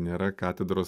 nėra katedros